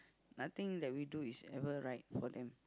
nothing we do is never right for them